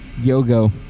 Yogo